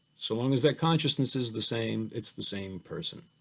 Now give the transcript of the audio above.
so long as that consciousness is the same, it's the same person.